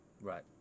right